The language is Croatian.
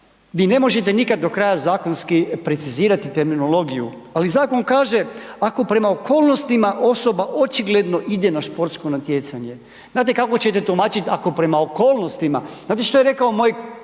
vi ne možete nikad do kraja zakonski precizirati terminologiju, ali zakon kaže, ako prema okolnostima osoba očigledno na športsko natjecanje. Znate kako ćete tumačiti ako prema okolnostima, znate što je rekao moj